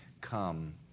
come